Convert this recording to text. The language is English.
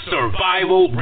Survival